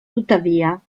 tuttavia